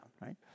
right